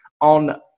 on